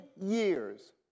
years